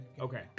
Okay